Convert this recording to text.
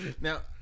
Now